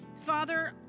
Father